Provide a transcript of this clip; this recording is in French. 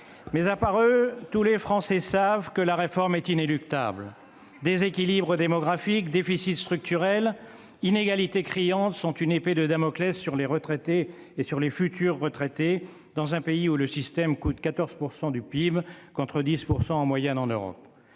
Mais à part eux, tous les Français savent que la réforme est inéluctable : déséquilibre démographique, déficit structurel, inégalités criantes sont des épées de Damoclès qui pèsent sur les retraités et sur les futurs retraités dans un pays où le système coûte 14 % du PIB contre 10 % en moyenne en Europe.